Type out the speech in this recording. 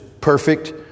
perfect